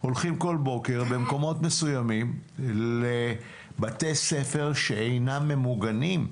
הולכים כל בוקר במקומות מסוימים לבתי ספר שאינם ממוגנים.